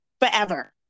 Forever